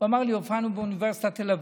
הופענו באוניברסיטת תל אביב,